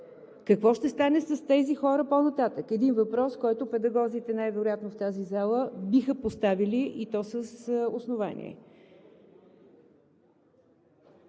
Какво ще стане с тези хора по-нататък? Един въпрос, който педагозите най-вероятно в тази зала биха поставили, и то с основание.